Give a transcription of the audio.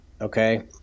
Okay